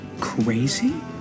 crazy